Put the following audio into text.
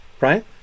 right